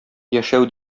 яшәү